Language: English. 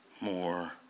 more